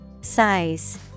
Size